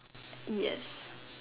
yes